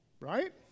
right